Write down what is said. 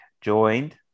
joined